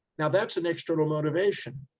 now that's an external motivation,